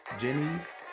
Jenny's